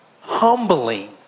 humbling